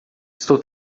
estou